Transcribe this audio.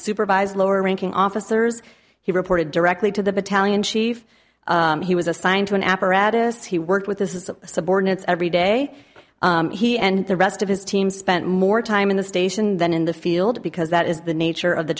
supervised lower ranking officers he reported directly to the battalion chief he was assigned to an apparatus he worked with this is subordinates every day he and the rest of his team spent more time in the station than in the field because that is the nature of the